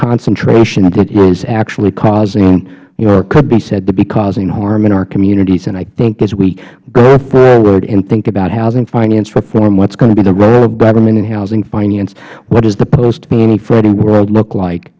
concentration that is actually causing or could be said to be causing harm in our communities and i think as we go forward and think about housing finance reform what is going to be the role of government in housing finance what is the post fannie freddie world look like